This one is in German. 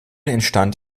entstand